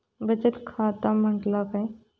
बचत खाता म्हटल्या काय?